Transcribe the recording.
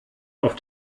auf